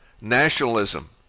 nationalism